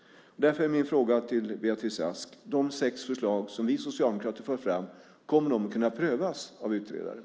Därför är min fråga till Beatrice Ask: Kommer de sex förslag som vi socialdemokrater för fram att kunna prövas av utredaren?